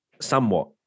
somewhat